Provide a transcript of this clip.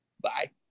Bye